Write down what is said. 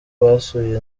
basuye